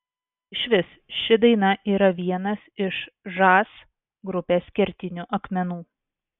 išvis ši daina yra vienas iš žas grupės kertinių akmenų